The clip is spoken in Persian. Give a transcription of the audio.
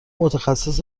متخصص